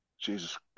Jesus